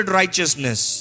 righteousness